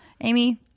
Amy